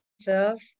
serve